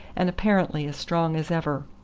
and apparently as strong as ever.